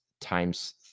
times